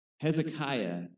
Hezekiah